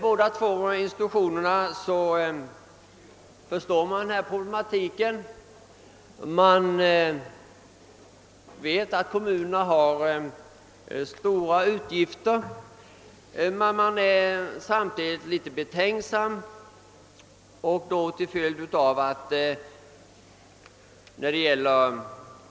Båda organisationerna förstår problematiken och vet att kommunerna har stora utgifter på grund av alkoholmissbruket, men man är samtidigt litet betänksam.